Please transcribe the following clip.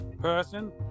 person